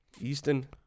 Easton